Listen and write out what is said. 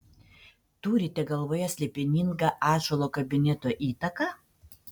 turite galvoje slėpiningą ąžuolo kabineto įtaką